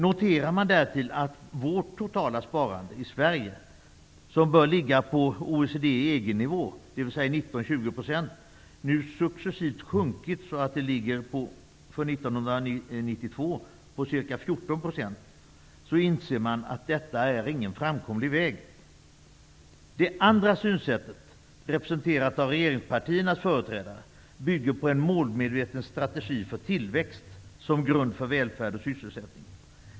Noterar man därtill att vårt totala sparande, som bör ligga på OECD och EG nivå, 19--20 %, nu successivt sjunkit så att det 1992 låg på ca 14 %, inser man att detta inte är en framkomlig väg. Det andra synsättet, representerat av regeringspartiernas företrädare, bygger på en målmedveten strategi för tillväxt som grund för välfärd och sysselsättning.